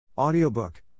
Audiobook